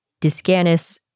Discanus